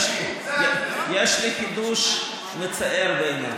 יש לי חידוש מצער, בעיניך.